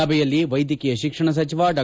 ಸಭೆಯಲ್ಲಿ ವೈದ್ಯಕೀಯ ಶಿಕ್ಷಣ ಸಚಿವ ಡಾ